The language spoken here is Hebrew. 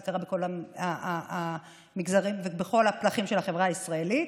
זה קרה בכל המגזרים ובכל הפלחים של החברה הישראלית,